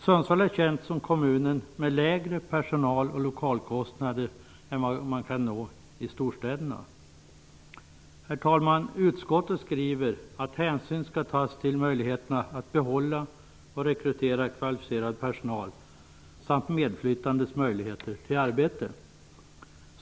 Sundsvall är känt som kommunen med lägre personaloch lokalkostnader än vad man kan nå i storstäderna. Herr talman! Utskottet skriver att hänsyn skall tas till möjligheterna att behålla och rekrytera kvalificerad personal samt medflyttandes möjligheter till arbete.